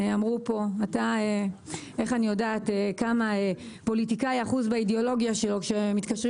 איך אני יודעת כמה פוליטיקאי אחוז באידיאולוגיה שלו כשמתקשרים